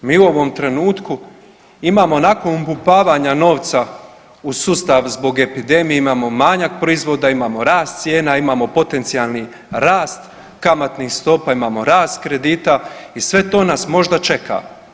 Mi u ovom trenutku imamo nakon upumpavanja novca u sustav zbog epidemije, imamo manjak proizvoda, imamo rast cijena, imamo potencijalni rast kamatnih stopa, imamo rast kredita i sve to nas možda čeka.